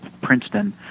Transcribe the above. Princeton